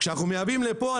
כשאנחנו מייבאים לפה,